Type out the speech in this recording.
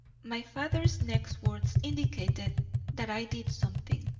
my father's next words indicated that i did something.